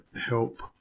help